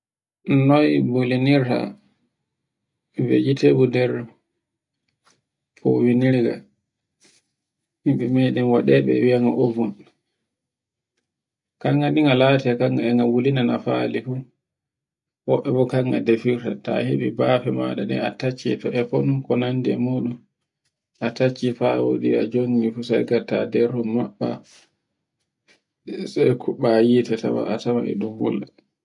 Noy bulinurta vegetable nder fowinirga. Himbe meɗen e wi'anga oven. Kanga ni e nga late kanga e woluna nafali fu, woɓɓe bo kanga defirta. Ta heɓi bafe maɗa a tacci e fonun ko nandi e muɗum, a tacci fa wodi a jongi sai ngatta nder hum maɓɓa, sai kuɓɓa hite tawa a tawan e ɗu wulla.